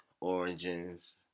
origins